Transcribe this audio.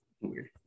weird